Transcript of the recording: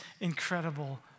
incredible